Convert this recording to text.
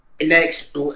next